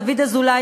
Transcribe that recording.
דוד אזולאי,